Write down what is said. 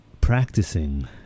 practicing